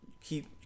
keep